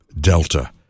Delta